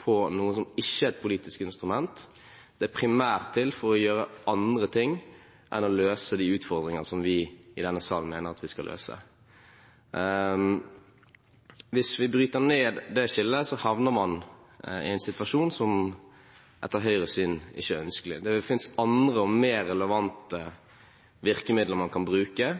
på noe som ikke er et politisk instrument. Det er primært til for å gjøre andre ting enn å løse de utfordringer vi i denne salen mener vi skal løse. Hvis man bryter ned dette skillet, havner man i en situasjon som etter Høyres syn ikke er ønskelig. Det finnes andre og mer relevante virkemidler man kan bruke